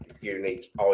unique